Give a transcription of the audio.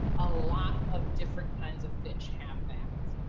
a lot of different kinds of fish have that.